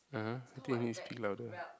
(uh huh) I think you need to speak louder